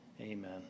amen